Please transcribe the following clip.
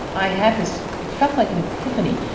i had this, it felt like an epiphany,